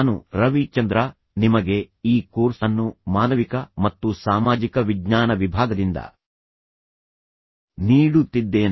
ನಾನು ರವಿ ಚಂದ್ರ ನಿಮಗೆ ಈ ಕೋರ್ಸ್ ಅನ್ನು ಮಾನವಿಕ ಮತ್ತು ಸಾಮಾಜಿಕ ವಿಜ್ಞಾನ ವಿಭಾಗದಿಂದ ನೀಡುತ್ತಿದ್ದೇನೆ